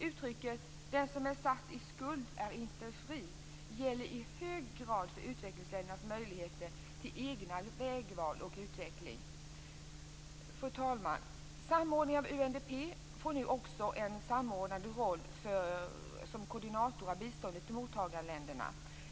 Uttrycket "den som är satt i skuld är inte fri" gäller i hög grad för utvecklingsländernas möjligheter till egna vägval och utveckling. Fru talman! UNDP får nu en samordnande roll som koordinator av biståndet i mottagarländerna.